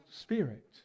Spirit